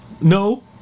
no